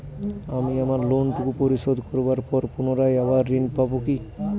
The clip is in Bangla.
আমি আমার লোন টুকু পরিশোধ করবার পর পুনরায় আবার ঋণ পাবো কি?